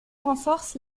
renforce